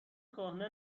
کهنه